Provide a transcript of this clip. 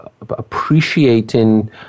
appreciating